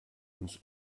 uns